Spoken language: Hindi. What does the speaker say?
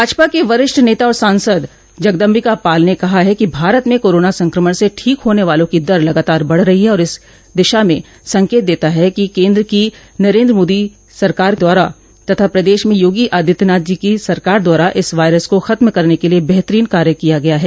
भाजपा के वरिष्ठ नेता और सांसद जगदम्बिका पाल ने कहा है कि भारत में कोरोना संक्रमण से ठीक होने वालों की दर लगातार बढ़ रही है और यह इस दिशा में संकेत देता है कि केन्द्र की नरेन्द्र मोदी जी की सरकार द्वारा तथा प्रदेश में योगी आदित्यनाथ जी की सरकार द्वारा इस वायरस को खत्म करने के लिये बेहतरीन कार्य किया गया है